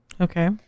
Okay